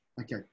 Okay